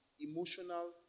emotional